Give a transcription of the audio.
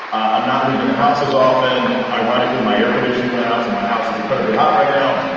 i'm not leaving the house as often. ironically, my air conditioning, what else in my house is incredibly hot right now.